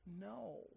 No